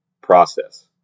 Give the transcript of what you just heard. process